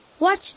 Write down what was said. Watch